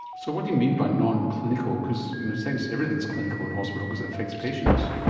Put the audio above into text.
so what do you mean by nonclinical, because in a sense everything is clinical in hospital because it affects patients.